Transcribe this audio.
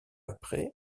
après